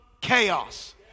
chaos